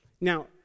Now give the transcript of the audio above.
Now